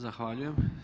Zahvaljujem.